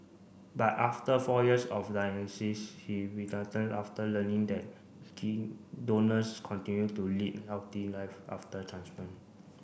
but after four years of he after learning that key donors continue to lead healthy live after transplant